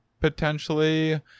potentially